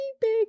big